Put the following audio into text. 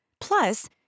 Plus